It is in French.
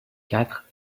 quatre